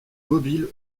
mobile